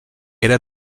era